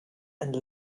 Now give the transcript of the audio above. and